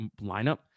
lineup